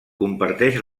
comparteix